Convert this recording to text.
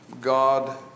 god